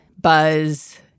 buzz